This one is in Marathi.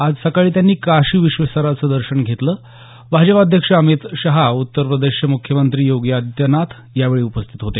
आज सकाळी त्यांनी काशी विश्वेश्वराचं दर्शन घेतलं भाजप अध्यक्ष अमित शहा उत्तरप्रदेशचे मुख्यमंत्री योगी आदित्यनाथ यावेळी उपस्थित होते